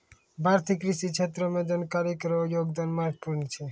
भारतीय कृषि क्षेत्रो मे जनानी केरो योगदान महत्वपूर्ण छै